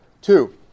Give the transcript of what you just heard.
Two